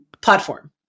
platform